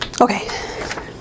Okay